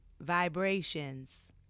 vibrations